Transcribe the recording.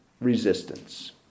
resistance